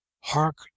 hark